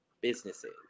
businesses